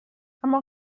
اما